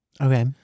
Okay